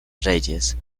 reyes